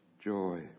Joy